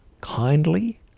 kindly